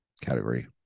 category